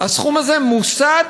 הסכום הזה מוסט,